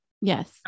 Yes